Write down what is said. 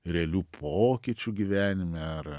realių pokyčių gyvenime ar